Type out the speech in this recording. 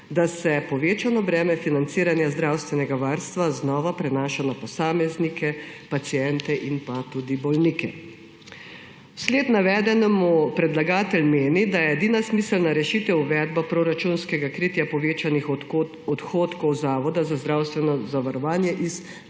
da se povečano breme financiranja zdravstvenega varstva znova prenaša na posameznike, paciente in tudi bolnike. Zaradi navedenega predlagatelj meni, da je edina smiselna rešitev uvedba proračunskega kritja povečanih odhodkov Zavoda za zdravstveno zavarovanje iz